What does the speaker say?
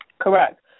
Correct